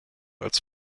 als